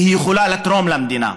והיא יכולה לתרום למדינה.